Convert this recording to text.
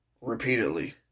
repeatedly